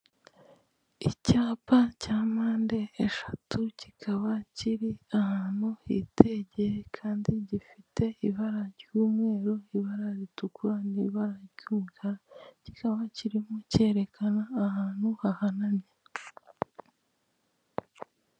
Icyapa cya mpande eshatu kikaba kiri ahantu hitegeye kandi gifite ibara ry'umweru, ibara ritukura, n'ibara ry'umukara. Kikaba kirimo kerekana ahantu hahanamye.